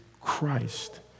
Christ